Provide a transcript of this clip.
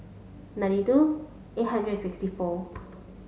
ninety two eight hundred and sixty four